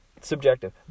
subjective